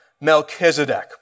Melchizedek